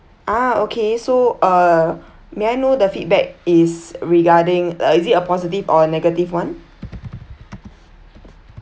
ah okay so uh may I know the feedback is regarding uh is it a positive or negative one